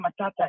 Matata